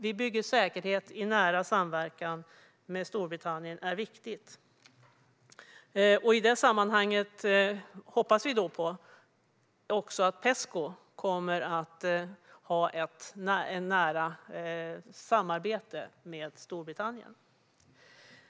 Vi bygger säkerhet i nära samverkan med Storbritannien, och det är viktigt. I det sammanhanget hoppas vi också på att Pesco kommer att ha ett nära samarbete med Storbritannien.